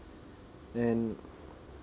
and